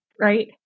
right